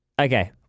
Okay